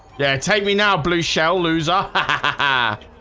yeah, take me now blue. shell loser. ha